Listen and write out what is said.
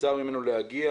נבצר ממנו להגיע,